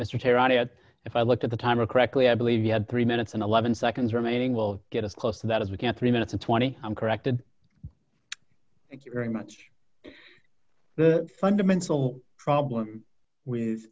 had if i looked at the time a correctly i believe you had three minutes and eleven seconds remaining will get as close to that as we can three minutes or twenty i'm corrected thank you very much the fundamental problem with